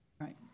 Right